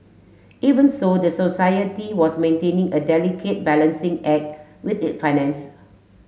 even so the society was maintaining a delicate balancing act with it finances